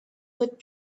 would